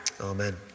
amen